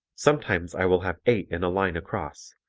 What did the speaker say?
sometimes i will have eight in a line across,